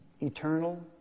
eternal